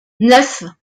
neuf